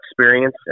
experience